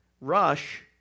rush